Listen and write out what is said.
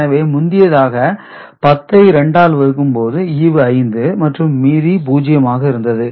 எனவே முந்தியதாக 10 ஐ 2 ஆல் வகுக்கும் போது ஈவு 5 மற்றும் மீதி 0 ஆக இருந்தது